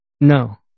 No